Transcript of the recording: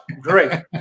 great